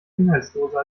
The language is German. inhaltsloser